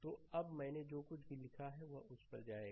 तो अब मैंने जो कुछ भी लिखा है वह उस पर जाएगा